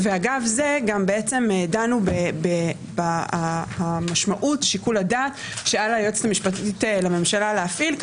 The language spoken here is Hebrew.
ואגב זה גם דנו במשמעות שיקול הדעת שעל היועצת המשפטית לממשלה להפעיל,